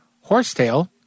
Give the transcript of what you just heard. Horsetail